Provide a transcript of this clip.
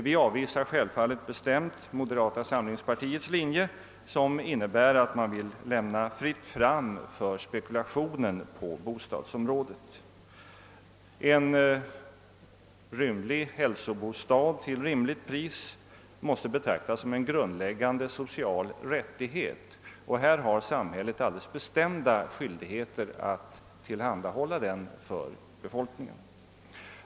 Vi avvisar självfallet bestämt moderata samlingspartiets linje, som innebär att man lämnar fritt fram för spekulationen på bostadsområdet. En rymlig hälsobostad till rimligt pris måste betraktas som en grundläggande social rättighet, och samhället har alldeles bestämda skyldigheter att tillhandahålla sådana bostäder åt befolkningen.